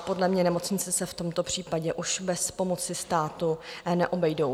Podle mě nemocnice se v tomto případě už bez pomoci státu neobejdou.